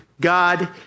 God